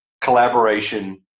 collaboration